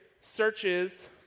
searches